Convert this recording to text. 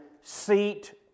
seat